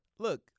Look